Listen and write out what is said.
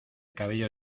cabello